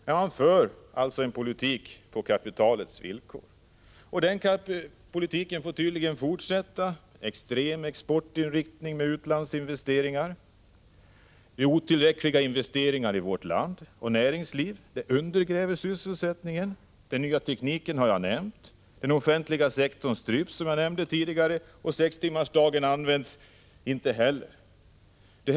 Man för alltså en politik på kapitalets villkor, och den politiken får tydligen fortsätta med extrem exportinriktning och utlandsinvesteringar och med otillräckliga investeringar i vårt land. Detta undergräver sysselsättningen. Den nya tekniken har jag redan nämnt. Den offentliga sektorn stryps, som jag tidigare nämnde, och man använder inte heller en kortare arbetsvecka.